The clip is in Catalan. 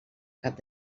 cap